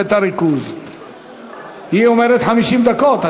היא אומרת 50 דקות,